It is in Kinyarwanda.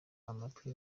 amatwi